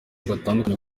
batandukanye